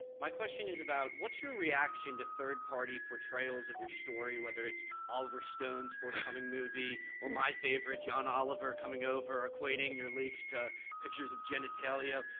my question is about, what's your reaction to third party portrayals of your story, whether it's oliver stone's forthcoming movie, or my favorite, john oliver, coming over, equating your leaks to pictures of genitalia.